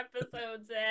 episodes